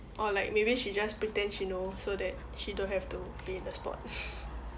or like maybe she just pretend she know so that she don't have to be in the spot